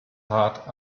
heart